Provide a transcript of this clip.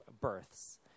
births